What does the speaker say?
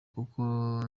kuko